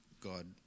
God